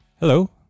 Hello